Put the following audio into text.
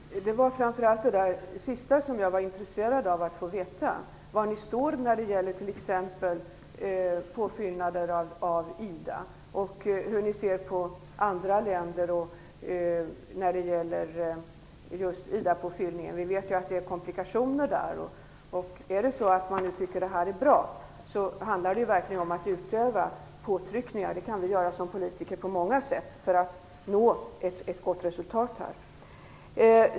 Herr talman! Det var framför allt det sista som jag var intresserad av att få veta, t.ex. var ni står i fråga om påfyllning av IDA och andra länder. Vi vet att det finns komplikationer. Om vi tycker att det hela är bra handlar det verkligen om att utöva påtryckningar för att nå ett gott resultat. Det kan vi som politiker göra på många sätt.